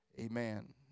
Amen